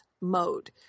mode